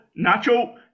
nacho